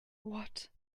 what